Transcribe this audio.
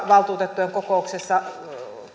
valtuutettujen joka kokouksessa